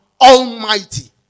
Almighty